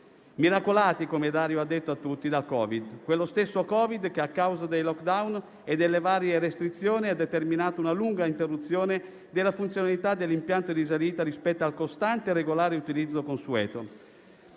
Miracolati, come Dario ha detto, dal Covid, quello stesso Covid che, a causa dei *lockdown* e delle varie restrizioni, ha determinato una lunga interruzione della funzionalità dell'impianto di risalita rispetto al costante e regolare utilizzo consueto.